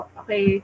okay